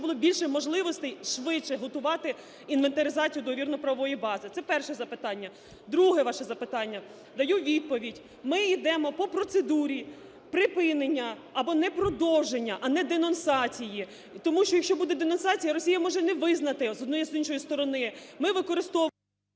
було більше можливостей швидше готувати інвентаризацію договірно-правової бази. Це перше запитання. Друге ваше запитання. Даю відповідь. Ми йдемо по процедурі припинення, або непродовження, а не денонсації. Тому що, якщо буде денонсація, Росія може не визнати з одної і з іншої сторони. Ми використовуємо...